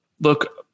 look